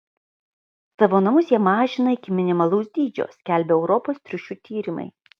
savo namus jie mažina iki minimalaus dydžio skelbia europos triušių tyrimai